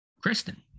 Kristen